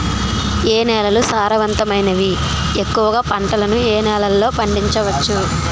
ఏ నేలలు సారవంతమైనవి? ఎక్కువ గా పంటలను ఏ నేలల్లో పండించ వచ్చు?